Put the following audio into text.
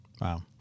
Wow